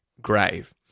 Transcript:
grave